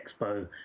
expo